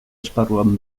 esparruan